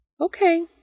Okay